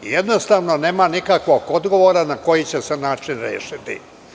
Jednostavno, nema nikakvog odgovora na koji će se način rešiti.